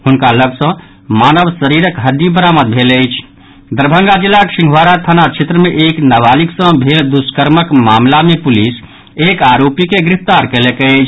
हुनका लऽग सँ मानव शरीरक हड्डी बरामद भेल अछि दरभंगा जिलाक सिंहवाड़ा थाना क्षेत्र मे एक नाबालिग सँ भेल दुष्कर्मक मामिला मे पुलिस एक आरोपी के गिरफ्तार कयलक अछि